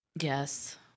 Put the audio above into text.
Yes